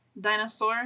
dinosaur